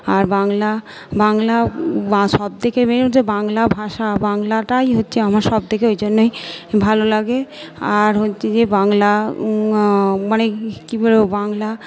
আর বাংলা বাংলা সব থেকে মেন হচ্ছে যে বাংলা ভাষা বাংলাটাই হচ্ছে আমার সব থেকে ওই জন্যই ভালো লাগে আর হচ্ছে যে বাংলা মানে কী বলবো বাংলা